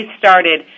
started